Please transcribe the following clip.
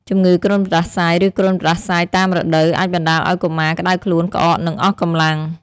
ជម្ងឺគ្រុនផ្តាសាយ ឬគ្រុនផ្តាសាយតាមរដូវអាចបណ្តាលឱ្យកុមារក្តៅខ្លួន ក្អក និងអស់កម្លាំង។